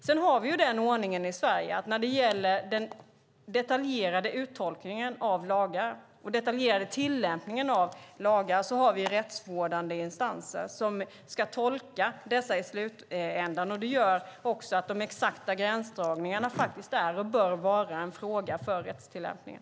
Vi har den ordningen i Sverige att när det gäller den detaljerade uttolkningen och tillämpningen av lagar har vi rättsvårdande instanser som ska tolka dessa i slutändan. Det gör också att de exakta gränsdragningarna är och bör vara en fråga för rättstillämpningen.